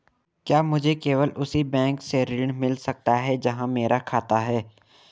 क्या मुझे केवल उसी बैंक से ऋण मिल सकता है जहां मेरा खाता है?